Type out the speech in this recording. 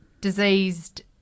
diseased